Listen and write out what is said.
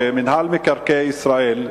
שמינהל מקרקעי ישראל,